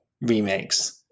remakes